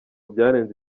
byarenze